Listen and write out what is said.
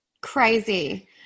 Crazy